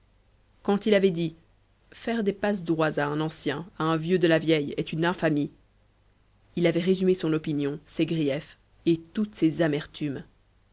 quand il avait dit faire des passe droits à un ancien à un vieux de la vieille est une infamie il avait résumé son opinion ses griefs et toutes ses amertumes